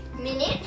minute